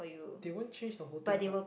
they won't change the whole thing but